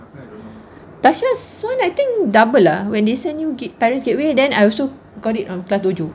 duchess soon I think double lah when they send you get~ parents gateway then I also got it on class dojo